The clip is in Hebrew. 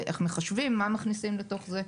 איך מחשבים ומה מכניסים לתוך זה.